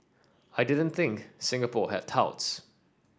I didn't think Singapore had touts